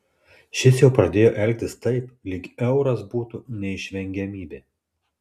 šis jau pradėjo elgtis taip lyg euras būtų neišvengiamybė